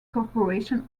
corporation